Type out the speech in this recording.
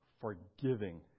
forgiving